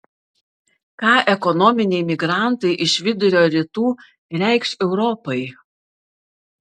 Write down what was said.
ką ekonominiai migrantai iš vidurio rytų reikš europai